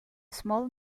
small